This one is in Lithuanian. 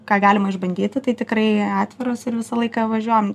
ką galima išbandyti tai tikrai atviros ir visą laiką važiuojam